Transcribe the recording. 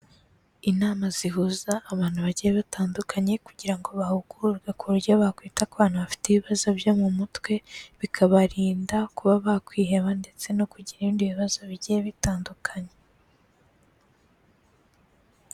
Inama zihuza abantu bagiye batandukanye kugira ngo bahugurwe ku buryo bakwita ku bana bafite ibibazo byo mu mutwe, bikabarinda kuba bakwiheba ndetse no kugira ibindi bibazo bigiye bitandukanye.